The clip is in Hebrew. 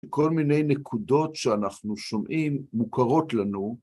כל מיני נקודות שאנחנו שומעים מוכרות לנו.